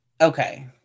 okay